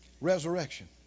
resurrection